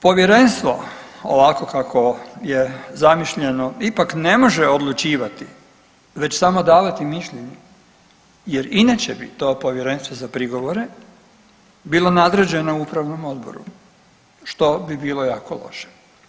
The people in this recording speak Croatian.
Povjerenstvo ovako kakvo je zamišljeno ipak ne može odlučivati već samo davati mišljenje jer inače bi to Povjerenstvo za prigovore bilo nadređeno upravnom odboru što bi bilo jako loše.